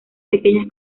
pequeñas